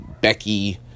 Becky